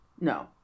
No